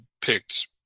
picked